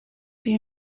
the